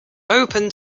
open